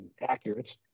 accurate